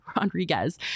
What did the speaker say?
Rodriguez